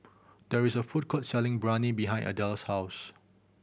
there is a food court selling Biryani behind Adella's house